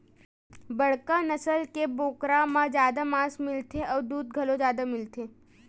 बड़का नसल के बोकरा म जादा मांस मिलथे अउ दूद घलो जादा मिलथे